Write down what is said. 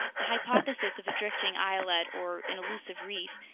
the hypothesis of a drifting islet or an elusive reef,